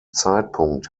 zeitpunkt